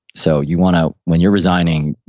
so you want to, when you're resigning,